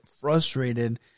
frustrated